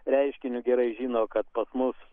reiškiniu gerai žino kad pas mus